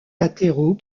latéraux